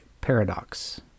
paradox